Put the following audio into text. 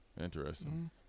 Interesting